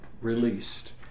released